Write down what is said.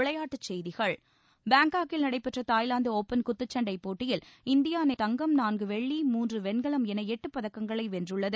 விளையாட்டுச் செய்திகள் பாங்காக்கில் நடைபெற்ற தாய்லாந்து ஒப்பன் குத்துச்சண்டை போட்டியில் இந்தியா ஒரு தங்கம் நான்கு வெள்ளி மூன்று வெண்கலம் என எட்டு பதக்கங்களை வென்றுள்ளது